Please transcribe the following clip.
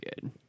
good